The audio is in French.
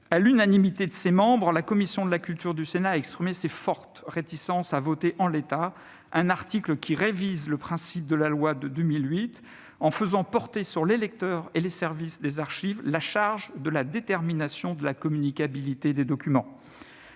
À l'unanimité de ses membres, la commission de la culture du Sénat a exprimé ses fortes réticences à voter en l'état un article qui révise le principe de la loi de 2008 en faisant porter sur les lecteurs et les services des archives la charge de la détermination de la communicabilité des documents.